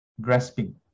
grasping